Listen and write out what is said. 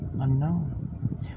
unknown